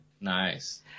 Nice